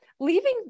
leaving